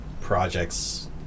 projects